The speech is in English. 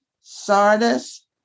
Sardis